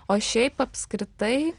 o šiaip apskritai